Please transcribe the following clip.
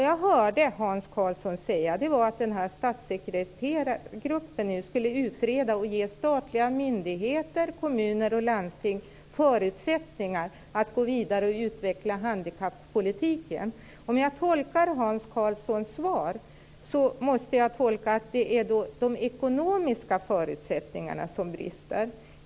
Jag hörde Hans Karlsson säga att statssekreterargruppen skall utreda och ge statliga myndigheter, kommuner och landsting förutsättningar att gå vidare och utveckla handikappolitiken. Jag tolkar Hans Karlssons svar så att det är de ekonomiska förutsättningarna som brister.